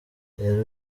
rero